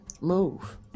move